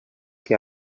que